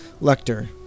lector